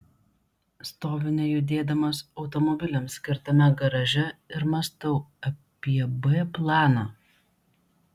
stoviu nejudėdamas automobiliams skirtame garaže ir mąstau apie b planą